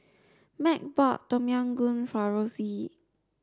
Meg bought Tom Yam Goong for Rosey